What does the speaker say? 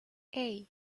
hey